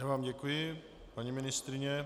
Já vám děkuji, paní ministryně.